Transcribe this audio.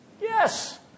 Yes